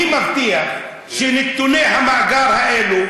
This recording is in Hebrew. מי מבטיח שנתוני המאגר האלה,